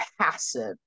passive